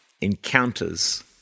Encounters